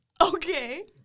Okay